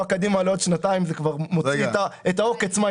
קדימה לעוד שנתיים זה כבר מוציא את העוקץ.